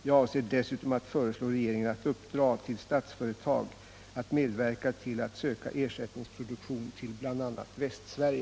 Jag avser dessutom att föreslå regeringen att uppdra åt Statsföretag att medverka till att söka ersättningsproduktion till bl.a. Västsverige.